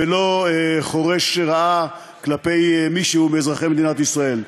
ולא חורש רעה כלפי מישהו מאזרחי מדינת ישראל.